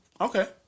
Okay